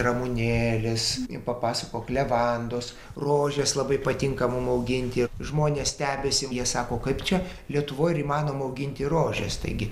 ramunėlės papasakok levandos rožes labai patinka mum auginti žmonės stebisi jie sako kaip čia lietuvoj ar įmanoma auginti rožes taigi